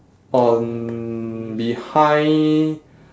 on behind